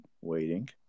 waiting